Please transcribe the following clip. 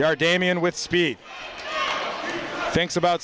yard damien with speed thinks about